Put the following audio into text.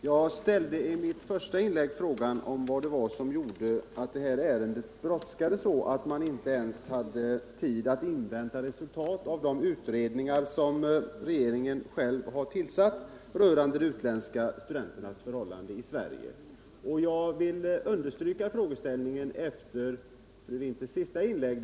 Herr talman! I mitt första inlägg ställde jag frågan om vad det var som gjorde att det här ärendet brådskade så att man inte ens hade tid att invänta resultaten av de utredningar rörande de utländska studenternas förhållanden i Sverige som regeringen själv har tillsatt. Jag vill understryka den frågeställningen efter fru Winthers senaste inlägg.